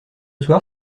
soir